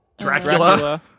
Dracula